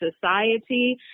society